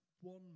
one